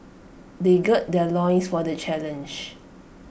they gird their loins for the challenge